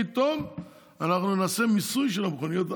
פתאום אנחנו נעשה מיסוי של המכוניות.